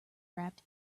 wrapped